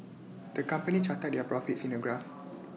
the company charted their profits in A graph